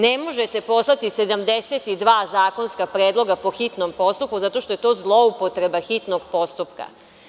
Ne možete poslati 72. zakonska predloga po hitnom postupku zato što je to zloupotreba hitnog postupka.